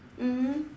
mmhmm